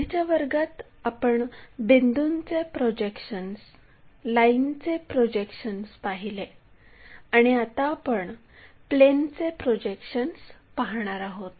आधीच्या वर्गात आपण बिंदूंचे प्रोजेक्शन्स लाईनचे प्रोजेक्शन्स पाहिले आणि आता आपण प्लेनचे प्रोजेक्शन्स पाहणार आहोत